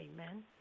Amen